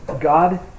God